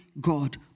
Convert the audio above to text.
God